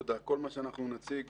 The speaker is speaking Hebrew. כל מה שנציג